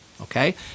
okay